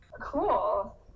Cool